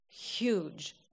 huge